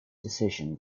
decision